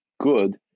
good